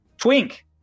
twink